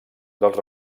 dels